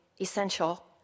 Essential